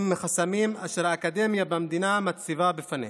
מחסמים אשר האקדמיה במדינה מציבה בפניהם,